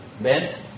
Ben